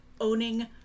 owning